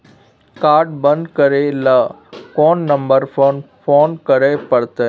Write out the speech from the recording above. Card बन्द करे ल कोन नंबर पर फोन करे परतै?